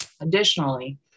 Additionally